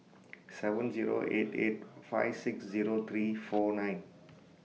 seven Zero eight eight five six Zero three four nine